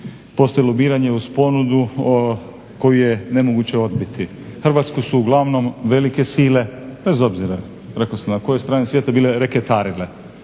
Postoji lobiranje uz ponudu koju je nemoguće odbiti. Hrvatsku su uglavnom velike sile bez obzira rekao sam na kojoj strani svijeta bile reketarile.